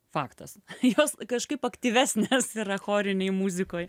faktas jos kažkaip aktyvesnės yra chorinėj muzikoj